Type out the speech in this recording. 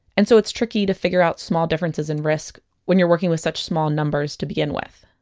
and so it's tricky to figure out small differences in risk when you're working with such small numbers to begin with